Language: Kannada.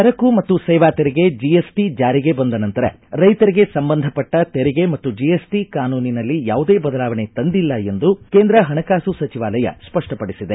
ಸರಕು ಮತ್ತು ಸೇವಾ ತೆರಿಗೆ ಜಿಎಸ್ಟಿ ಜಾರಿಗೆ ಬಂದ ನಂತರ ರೈತರಿಗೆ ಸಂಬಂಧಪಟ್ಟ ತೆರಿಗೆ ಮತ್ತು ಜಿಎಸ್ಟಿ ಕಾನೂನಿನಲ್ಲಿ ಯಾವುದೇ ಬದಲಾವಣೆ ತಂದಿಲ್ಲ ಎಂದು ಕೇಂದ್ರ ಪಣಕಾಸು ಸಚಿವಾಲಯ ಸ್ವಷ್ಪಡಿಸಿದೆ